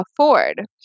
afford